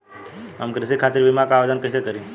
हम कृषि खातिर बीमा क आवेदन कइसे करि?